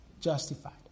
justified